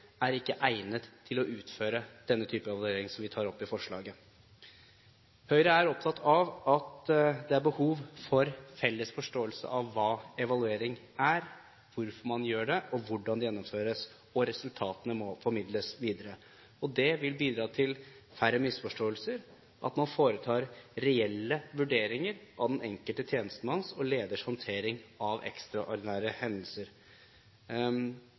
politisaker ikke egnet til å utføre denne type evaluering som vi tar opp i forslaget. Høyre er opptatt av at det er behov for en felles forståelse av hva evaluering er – hvorfor man gjør det, og hvordan det gjennomføres – og resultatene må formidles videre. Det vil bidra til færre misforståelser at man foretar reelle vurderinger av den enkelte tjenestemanns og leders håndtering av ekstraordinære hendelser.